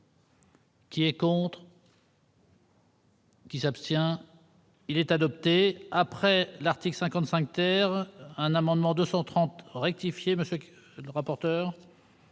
Qui est contre. Qui s'abstient, il est adopté après la. 55 terre un amendement 230 rectifier, monsieur le rapporteur.